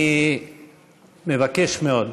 אני מבקש מאוד,